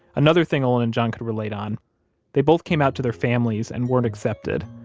another thing olin and john could relate on they both came out to their families and weren't accepted.